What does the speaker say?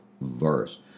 verse